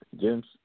James